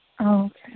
Okay